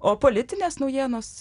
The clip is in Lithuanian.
o politinės naujienos